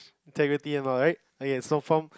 integrity am I right okay so form